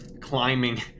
climbing